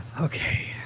Okay